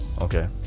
Okay